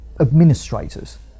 administrators